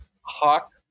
Hawk